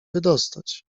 wydostać